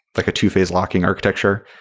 like a two-phase locking architecture.